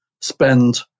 spend